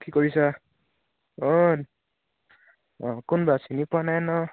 কি কৰিছা অঁ অঁ কোন বাৰু চিনি পোৱা নাই নহ্